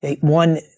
One